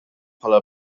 bħala